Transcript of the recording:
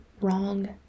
wrong